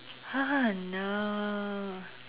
no